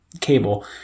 cable